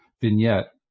vignette